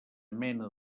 mena